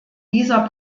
dieser